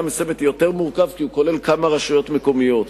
מסוימת יותר מורכב כי הוא כולל כמה רשויות מקומיות.